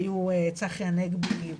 היו צחי הנגבי,